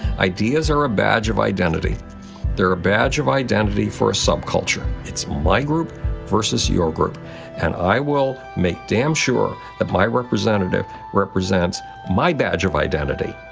ideas are a badge of identity they're a badge of identity for a subculture. it's my group versus your group and i will make damn sure that my representative represents my badge of identity,